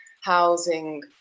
housing